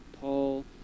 Paul